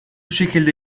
şekilde